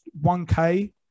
1K